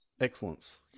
excellence